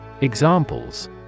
Examples